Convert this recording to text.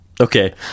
okay